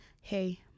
Hey